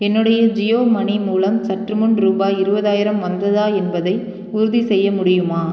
என்னுடைய ஜியோ மணி மூலம் சற்றுமுன் ரூபாய் இருபதாயிரம் வந்ததா என்பதை உறுதிசெய்ய முடியுமா